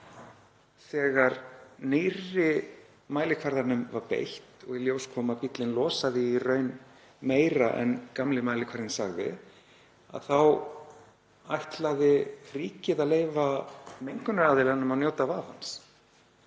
þegar nýrri mælikvarðanum væri beitt, og í ljós kom að bíllinn losað í raun meira en gamli mælikvarðinn sagði, ætlaði ríkið að leyfa mengunaraðilanum að njóta vafans,